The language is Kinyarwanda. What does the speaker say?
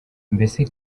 mbese